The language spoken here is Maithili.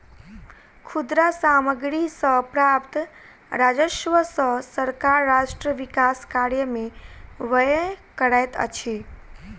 खुदरा सामग्री सॅ प्राप्त राजस्व सॅ सरकार राष्ट्र विकास कार्य में व्यय करैत अछि